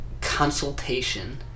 consultation